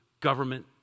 government